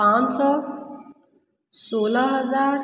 पाँच सौ सोलह हज़ार